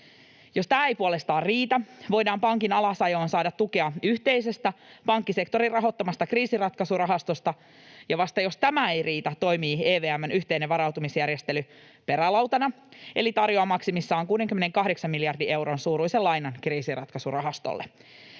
Jos tämä ei puolestaan riitä, voidaan pankin alasajoon saada tukea yhteisestä pankkisektorin rahoittamasta kriisinratkaisurahastosta, ja vasta jos tämä ei riitä, toimii EVM:n yhteinen varautumisjärjestely perälautana eli tarjoaa maksimissaan 68 miljardin euron suuruisen lainan kriisinratkaisurahastolle.